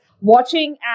watching